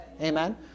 Amen